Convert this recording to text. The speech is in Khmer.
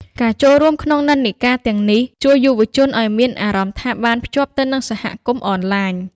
ការចូលរួមក្នុងនិន្នាការទាំងនេះជួយយុវជនឱ្យមានអារម្មណ៍ថាបានភ្ជាប់ទៅនឹងសហគមន៍អនឡាញ។